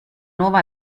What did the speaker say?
nuova